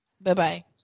Bye-bye